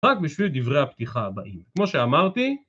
רק בשביל דברי הפתיחה הבאים, כמו שאמרתי